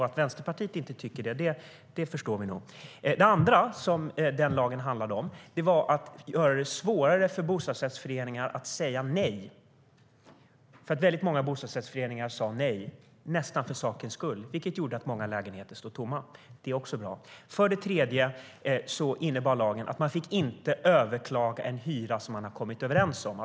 Att Vänsterpartiet inte tycker det förstår vi nog. För det tredje innebar lagen att man inte fick överklaga en hyra som man hade kommit överens om.